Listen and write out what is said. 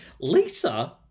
Lisa